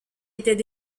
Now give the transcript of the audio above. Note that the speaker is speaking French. étaient